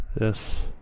Yes